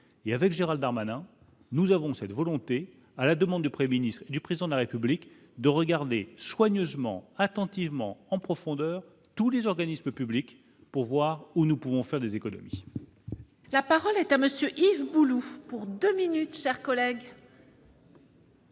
et avec Gérald Darmanin nous avons cette volonté à la demande de prêt Ministre du président de la République de regarder soigneusement attentivement en profondeur tous les organismes publics pour voir où nous pouvons faire des économies. La parole est à monsieur Yves Boulou pour 2 minutes chers collègues.